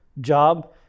job